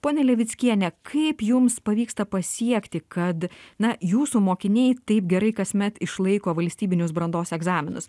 ponia levickiene kaip jums pavyksta pasiekti kad na jūsų mokiniai taip gerai kasmet išlaiko valstybinius brandos egzaminus